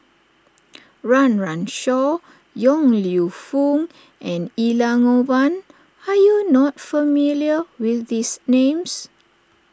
Run Run Shaw Yong Lew Foong and Elangovan are you not familiar with these names